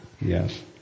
Yes